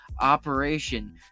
operation